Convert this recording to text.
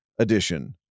Edition